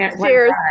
Cheers